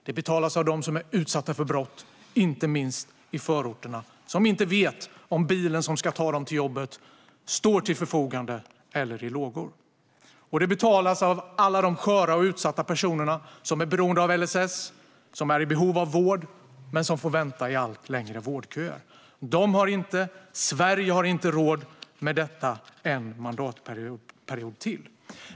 Det betalas av dem som är utsatta för brott, inte minst i förorterna, som inte vet om bilen som ska ta dem till jobbet står till förfogande eller i lågor. Och det betalas av alla de sköra och utsatta personer som är beroende av LSS, som är i behov av vård men som får vänta i allt längre vårdköer. De har inte och Sverige har inte råd med detta en mandatperiod till.